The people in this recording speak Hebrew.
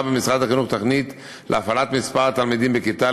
במשרד החינוך תוכנית להפחתת מספר התלמידים בכיתה.